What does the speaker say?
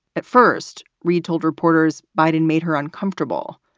at first, reid told reporters, biden made her uncomfortable.